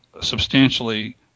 substantially